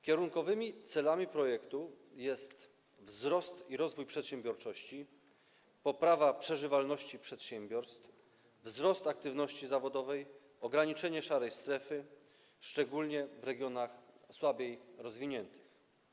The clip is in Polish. Kierunkowymi celami projektu są wzrost i rozwój przedsiębiorczości, poprawa przeżywalności przedsiębiorstw, wzrost aktywności zawodowej, ograniczenie szarej strefy, szczególnie w regionach słabiej rozwiniętych.